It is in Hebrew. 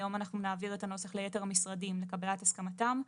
היום אנחנו נעביר את הנוסח ליתר המשרדים לקבלת הסכמתם.